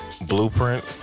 Blueprint